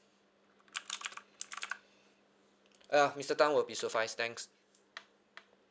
ah mister tan will be suffice thanks